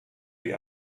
die